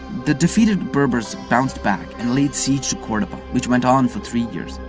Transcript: the defeated berbers bounced back and laid siege to cordoba which went on for three years.